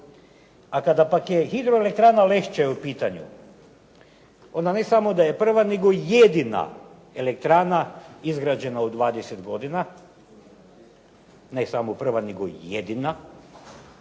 A kada pak je hidroelektrana „Lešće“ u pitanju ona ne samo da je prva nego jedina elektrana izgrađena u 20 godina, ali ako mi